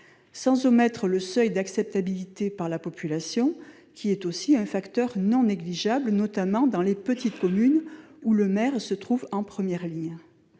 pas le seuil d'acceptabilité par la population, qui est également un facteur non négligeable, notamment dans les petites communes, où le maire se trouve en première ligne.